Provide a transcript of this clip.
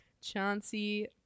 Chauncey